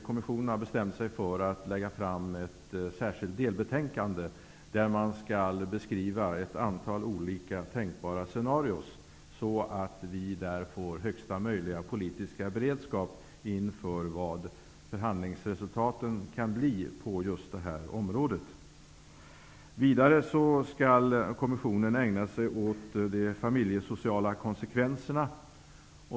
Kommissionen har bestämt sig för att lägga fram ett särskilt delbetänkande, där man skall beskriva ett antal olika tänkbara scenarion, så att vi får högsta möjliga politiska beredskap inför förhandlingsresultaten på det här området. Vidare skall kommissionen ägna sig åt de familjesociala konsekvenserna.